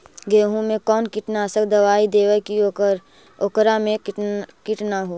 गेहूं में कोन कीटनाशक दबाइ देबै कि ओकरा मे किट न हो?